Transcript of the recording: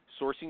sourcing